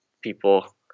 people